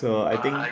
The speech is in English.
so I think